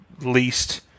least